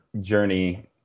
journey